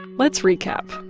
let's recap.